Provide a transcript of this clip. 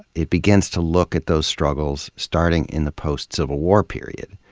it begins to look at those struggles starting in the post-civil war period.